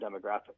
demographic